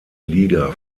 liga